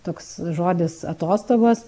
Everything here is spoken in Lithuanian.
toks žodis atostogos